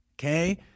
Okay